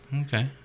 okay